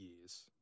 years